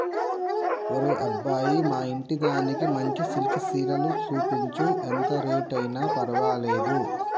ఒరే అబ్బాయి మా ఇంటిదానికి మంచి సిల్కె సీరలు సూపించు, ఎంత రేట్ అయిన పర్వాలేదు